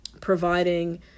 providing